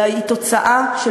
אלא הוא תוצאה של